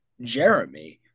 jeremy